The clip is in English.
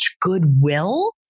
goodwill